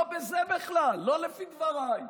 לא בזה בכלל, לא לפי דבריי,